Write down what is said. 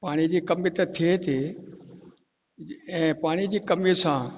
पाणी जी कमी त थिए थी ऐं पाणीअ जी कमीअ सां